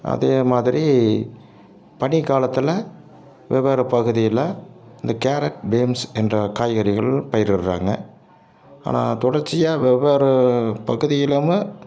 அதேமாதிரி பனி காலத்தில் வெவ்வேறு பகுதியில் இந்த கேரட் பீன்ஸ் என்ற காய்கறிகள் பயிரிடுறாங்க ஆனால் தொடர்ச்சியாக வெவ்வேறு பகுதியிலுமே